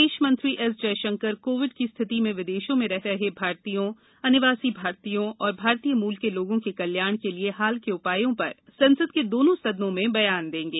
विदेश मंत्री S Jaishankar Covid की स्थिति में विदेशों में रह रहे भारतीयों अनिवासी भारतीयों और भारतीय मूल के लोगों के कल्याण के लिए हाल के उपायों पर संसद के दोनों सदनों में बयान देंगे